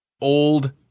old